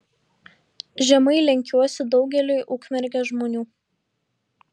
žemai lenkiuosi daugeliui ukmergės žmonių